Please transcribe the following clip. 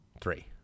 Three